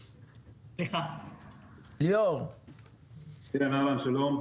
חיזוק המותג הלאומי הבלנד הישראלי,